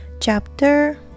Chapter